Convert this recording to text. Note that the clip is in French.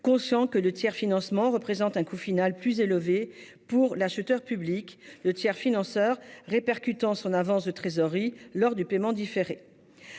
conscients que le tiers-financement représente un coût final plus élevé pour l'acheteur public, le tiers-financeur répercutant son avance de trésorerie lors du paiement différé.